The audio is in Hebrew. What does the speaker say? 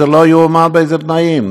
זה לא יאומן באילו תנאים,